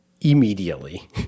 immediately